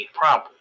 problem